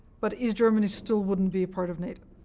but east germany still wouldn't be a part of nato.